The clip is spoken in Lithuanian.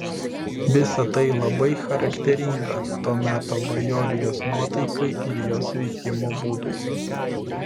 visa tai labai charakteringa to meto bajorijos nuotaikai ir jos veikimo būdui